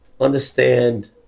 Understand